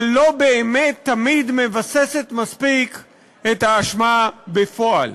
אבל לא תמיד היא באמת מבססת מספיק את האשמה בפועל.